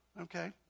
okay